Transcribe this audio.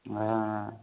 हां